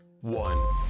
one